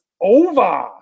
over